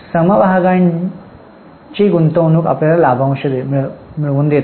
समभागांची गुंतवणूक आपल्याला लाभांश मिळते